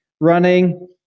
running